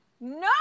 No